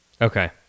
okay